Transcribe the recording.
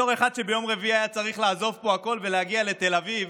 בתור אחד שביום רביעי היה צריך לעזוב פה הכול ולהגיע לתל אביב,